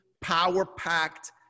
power-packed